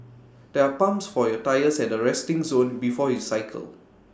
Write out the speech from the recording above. there are pumps for your tyres at the resting zone before you cycle